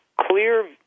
clear